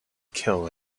kill